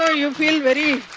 ah you feel very.